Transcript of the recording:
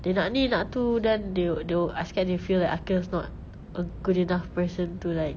they nak ni nak tu then they will they will I scared they feel like aqil is not a good enough person to like